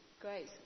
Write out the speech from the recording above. Great